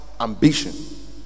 ambition